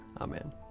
Amen